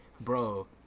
Bro